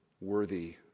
worthy